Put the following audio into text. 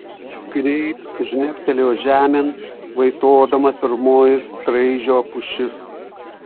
greit žnegtelėjo žemėn vaitodama pirmoji straižio pušis